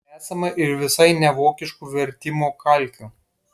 esama ir visai nevokiškų vertimo kalkių